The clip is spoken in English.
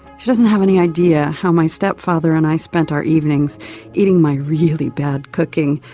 she doesn't have any idea how my stepfather and i spent our evenings eating my really bad cooking,